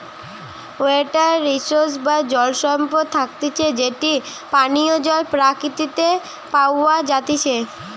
water resource বা জল সম্পদ থাকতিছে যেটি পানীয় জল প্রকৃতিতে প্যাওয়া জাতিচে